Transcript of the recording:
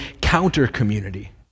counter-community